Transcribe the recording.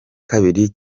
kabiri